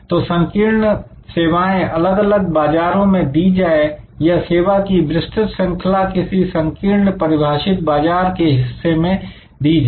तो संकीर्ण सेवाएं अलग अलग बाजारों में दी जाए या सेवा की विस्तृत श्रृंखला किसी संकीर्ण परिभाषित बाजार के हिस्से में दी जाए